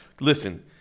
Listen